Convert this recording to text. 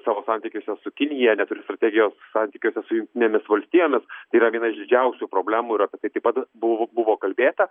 savo santykiuose su kinija neturi strategijos santykiuose su jungtinėmis valstijomis yra viena iš didžiausių problemų ir apie tai taip pat buvo buvo kalbėta